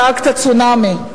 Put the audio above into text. צעקת: צונאמי.